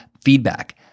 feedback